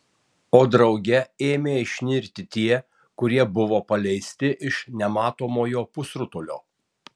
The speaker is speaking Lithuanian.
o drauge ėmė išnirti tie kurie buvo paleisti iš nematomojo pusrutulio